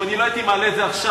אם אני לא הייתי מעלה את זה עכשיו,